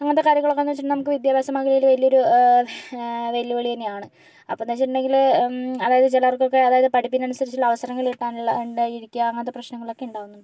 അങ്ങനത്തെ കാര്യങ്ങളൊക്കെയെന്ന് വെച്ചിട്ടുണ്ടെങ്കിൽ നമുക്ക് വിദ്യാഭ്യാസ മേഖലയില് വലിയൊരു വെല്ലുവിളി തന്നെയാണ് അപ്പോൾ എന്താണെന്ന് വെച്ചിട്ടുണ്ടെങ്കിൽ അതായത് ചിലർക്കൊക്കെ അതായത് പഠിപ്പിനനുസരിച്ചുള്ള അവസരങ്ങൾ കിട്ടാനുള്ള ഉണ്ടാവാതിരിക്കുക അങ്ങനത്തെ പ്രശ്നങ്ങളൊക്കെ ഉണ്ടാവുന്നുണ്ട്